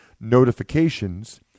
notifications